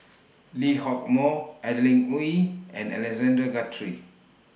Lee Hock Moh Adeline Ooi and Alexander Guthrie